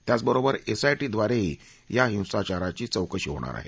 त्याचबरोबर एसआयटी द्वारेही या हिसांचाराची चौकशी होणार आहे